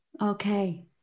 Okay